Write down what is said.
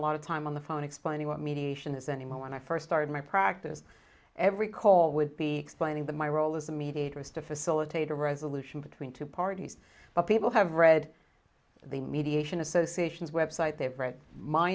a lot of time on the phone explaining what mediation is anymore when i first started my practice every call would be explaining the my role as a mediator is to facilitate a resolution between two parties but people have read the mediation associations website they've read my